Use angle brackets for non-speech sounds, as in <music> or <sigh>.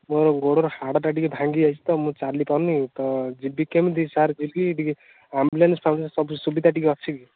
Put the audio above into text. ମୋ ଗୋଡ଼ର ହାଡ଼ଟା ଟିକେ ଭାଙ୍ଗି ଯାଇଛି ତ ମୁଁ ଚାଲି ପାରୁନି ତ ଯିବି କେମିତି ସାର୍ ଯିବି ଟିକେ <unintelligible> ସୁବିଧା ଟିକେ ଅଛି କି